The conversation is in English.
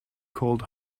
called